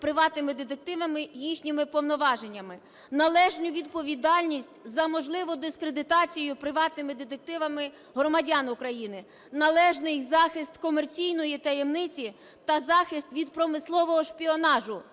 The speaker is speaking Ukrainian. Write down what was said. приватними детективами їхніми повноваженнями. Належну відповідальність за можливу дискредитацію приватними детективами громадян України. Належний захист комерційної таємниці та захист від промислового шпіонажу,